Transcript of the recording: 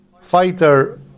fighter